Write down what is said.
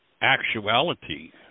actuality